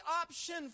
option